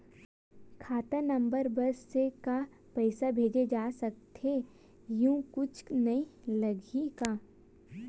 खाता नंबर बस से का पईसा भेजे जा सकथे एयू कुछ नई लगही का?